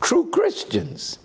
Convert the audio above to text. true christians